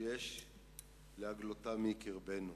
שיש להגלותה מקרבנו,